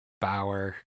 Bauer